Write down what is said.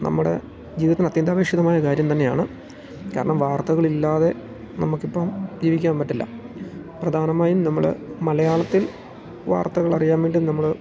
നമ്മുടെ ജീവിതത്തിന് അത്യന്താപേക്ഷികമായ കാര്യം തന്നെയാണ് കാരണം വാർത്തകളില്ലാതെ നമുക്ക് ഇപ്പം ജീവിക്കാൻ പറ്റില്ല പ്രധാനമായും നമ്മൾ മലയാളത്തിൽ വാർത്തകൾ അറിയാൻ വേണ്ടി നമ്മൾ